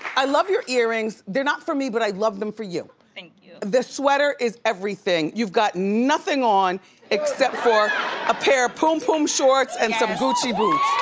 i love your earrings. they're not for me, but i love them for you. thank the sweater is everything. you've got nothing on except for a pair of poom poom shorts and some gucci boots.